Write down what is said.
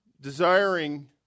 Desiring